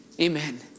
Amen